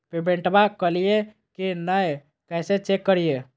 पेमेंटबा कलिए की नय, कैसे चेक करिए?